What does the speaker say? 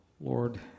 Lord